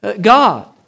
God